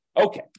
Okay